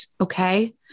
okay